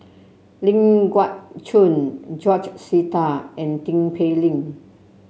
Ling Geok Choon George Sita and Tin Pei Ling